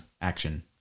action